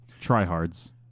Tryhards